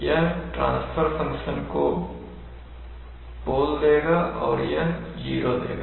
यह transfer function का pole देगा और यह ज़ीरो देगा